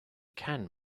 can